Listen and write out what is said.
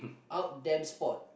out them sport